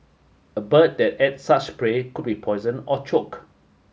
a bird that ate such prey could be poisoned or choke